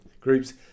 groups